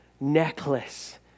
necklace